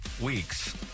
weeks